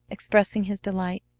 expressing his delight,